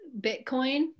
Bitcoin